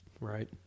Right